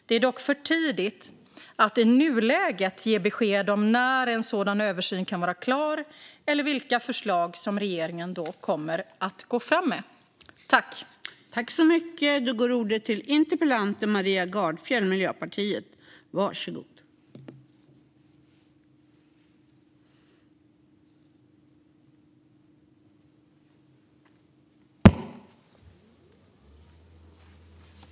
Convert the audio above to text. Det är dock för tidigt att i nuläget ge besked om när en sådan översyn kan vara klar eller vilka förslag som regeringen då kommer att gå fram med.